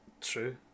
True